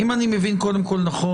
אם אני מבין נכון,